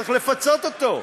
צריך לפצות אותו.